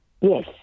Yes